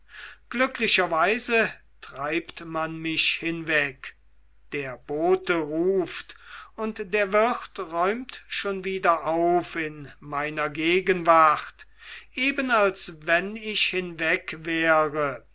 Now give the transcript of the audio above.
glücklicherweise treibt man mich hinweg der bote ruft und der wirt räumt schon wieder auf in meiner gegenwart eben als wenn ich hinweg wäre